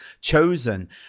chosen